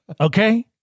Okay